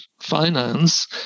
finance